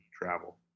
Travel